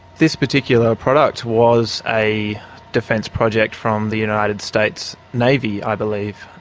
this particular product was a defence project from the united states navy, i believe,